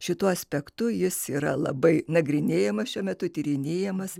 šituo aspektu jis yra labai nagrinėjamas šiuo metu tyrinėjamas